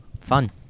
Fun